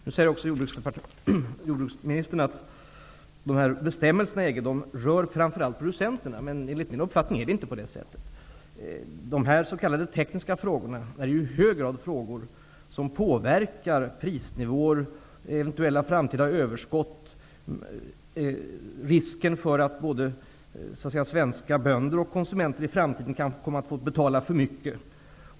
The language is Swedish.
Nu säger jordbruksministern att dessa bestämmelser i EG rör framför allt producenterna. Men enligt min uppfattning är det inte på det sättet. De s.k. tekniska frågorna är ju i hög grad frågor som påverkar prisnivåer, eventuella framtida överskott samt risken för att både svenska bönder och konsumenter i framtiden kan komma att få betala för mycket.